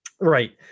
Right